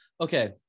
Okay